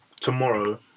Tomorrow